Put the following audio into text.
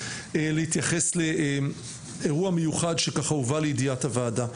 להתייחס לאירוע מיוחד שהובא לידי ידיעת הוועדה.